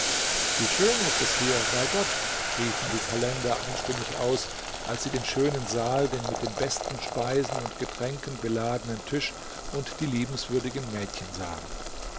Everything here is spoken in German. wie schön ist es hier bei gott riefen die kalender einstimmig aus als sie den schönen saal den mit den besten speisen und getränken beladenen tisch und die liebenswürdigen mädchen sahen